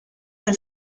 del